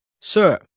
Sir